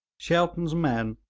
shelton's men,